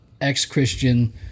Ex-Christian